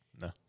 No